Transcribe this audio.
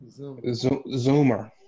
zoomer